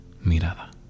mirada